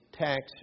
tax